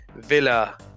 villa